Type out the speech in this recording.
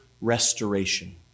restoration